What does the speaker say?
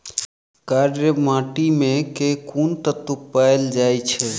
कार्य माटि मे केँ कुन तत्व पैल जाय छै?